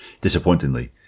disappointingly